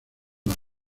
las